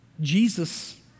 Jesus